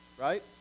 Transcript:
Right